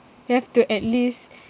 you have to at least